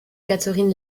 katherine